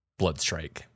Bloodstrike